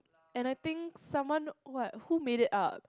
and I think someone what who made it up